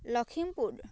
Lakhimpur